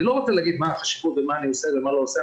אני לא רוצה להגיד מה החשיבות במה שאני עושה ומה לא עושה,